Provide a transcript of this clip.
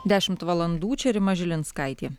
dešimt valandų čia rima žilinskaitė